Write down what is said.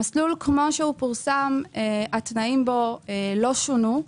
המסלול כפי שפורסם, התנאים בו לא שונו.